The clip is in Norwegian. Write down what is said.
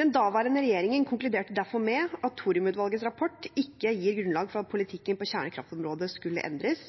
Den daværende regjeringen konkluderte derfor med at thoriumutvalgets rapport ikke gir grunnlag for at politikken på kjernekraftområdet skulle endres,